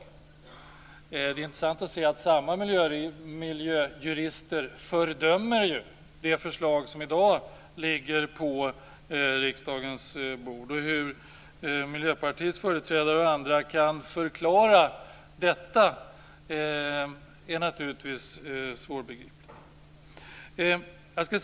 Det är också intressant att se att samma miljöjurister fördömer det förslag som i dag ligger på riksdagens bord. Hur Miljöpartiets företrädare och andra kan förklara detta är naturligtvis svårbegripligt. Fru talman!